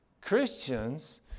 Christians